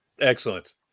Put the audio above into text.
Excellent